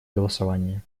голосования